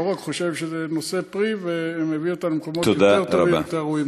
לא רק חושב שזה נושא פרי ומביא אותנו למקומות יותר טובים ויותר ראויים.